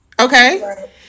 Okay